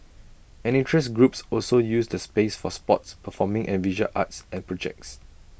and interest groups also use the space for sports performing and visual arts and projects